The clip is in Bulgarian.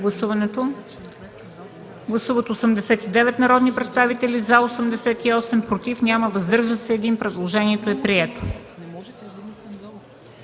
Гласували 89 народни представители: за 88, против няма, въздържал се 1. Предложението е прието.